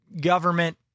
government